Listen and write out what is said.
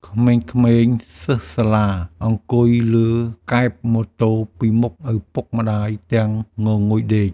ក្មេងៗសិស្សសាលាអង្គុយលើកែបម៉ូតូពីមុខឪពុកម្ដាយទាំងងងុយដេក។